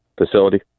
facility